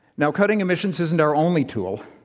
now, cutting emissions isn't our only tool.